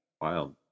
Wild